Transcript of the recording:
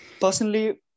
personally